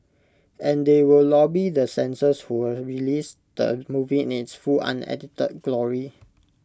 and they will lobby the censors who will release the movie in its full unedited glory